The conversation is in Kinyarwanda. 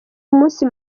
umunsi